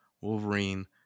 Wolverine